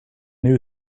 new